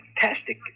fantastic